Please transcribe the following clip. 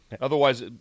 Otherwise